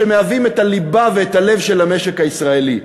שמהווים את הליבה ואת הלב של המשק הישראלי?